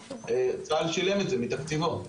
צה"ל שילם את זה מתקציבו.